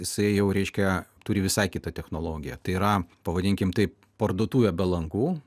jisai jau reiškia turi visai kitą technologiją tai yra pavadinkime taip parduotuvę be langų